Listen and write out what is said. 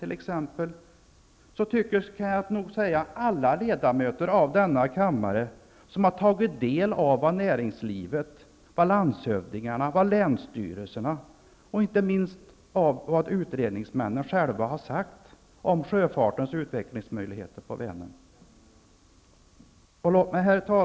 Jag kan nog säga att alla ledamöter av denna kammare som har tagit del av vad näringslivet, landshövdingarna, länsstyrelserna och inte minst utredningsmännen själva har sagt om sjöfartens utvecklingsmöjligheter på Vänern tycker så. Herr talman!